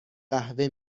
قهوه